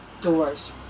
doors